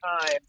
time